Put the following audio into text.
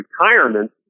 retirement